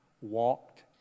walked